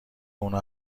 اونو